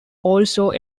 also